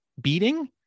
beating